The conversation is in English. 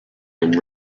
and